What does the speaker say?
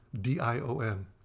D-I-O-N